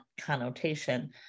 connotation